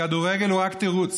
הכדורגל הוא רק תירוץ.